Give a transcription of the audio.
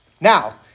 Now